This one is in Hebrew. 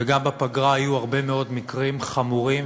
וגם בפגרה היו הרבה מאוד מקרים חמורים